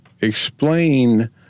Explain